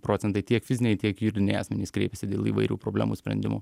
procentai tiek fiziniai tiek juridiniai asmenys kreipiasi dėl įvairių problemų sprendimo